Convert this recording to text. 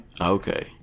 Okay